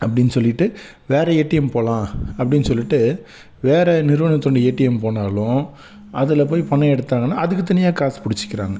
அப்படின் சொல்லிவிட்டு வேறு ஏடிஎம் போகலாம் அப்படின் சொல்லிவிட்டு வேறு நிறுவனத்தினுடைய ஏடிஎம் போனாலும் அதில் போய் பணம் எடுத்தாங்கன்னா அதுக்கு தனியாக காசு பிடிச்சிக்கிறாங்க